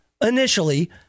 initially